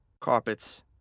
carpets